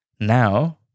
now